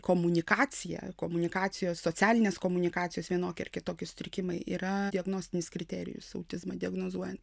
komunikacija komunikacijos socialinės komunikacijos vienokie ar kitokie sutrikimai yra diagnostinis kriterijus autizmą diagnozuojant